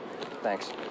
thanks